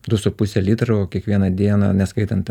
du su puse litro kiekvieną dieną neskaitant